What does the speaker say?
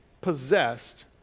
possessed